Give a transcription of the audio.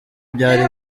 byari